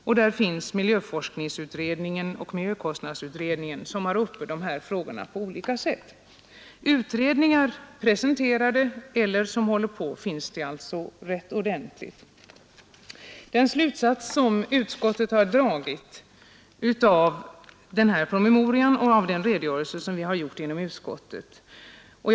Också miljöforskningsutredningen och miljökostnadsutredningen har dessa frågor uppe i olika sammanhang. Det finns alltså rätt många utredningar som antingen redan har presenterat sina betänkanden eller som håller på med sitt arbete.